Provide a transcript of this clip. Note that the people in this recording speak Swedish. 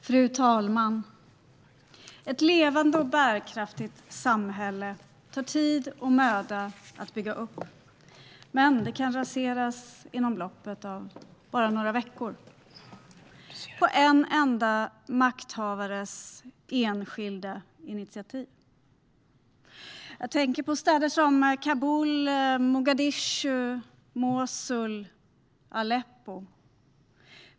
Fru ålderspresident! Ett levande och bärkraftigt samhälle tar tid och möda att bygga upp, men det kan raseras inom loppet av ett par veckor, på en enda makthavares enväldiga initiativ. Jag tänker på städer som Kabul, Mogadishu, Mosul och Aleppo.